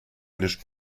лишь